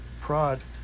prod